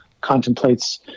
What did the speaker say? contemplates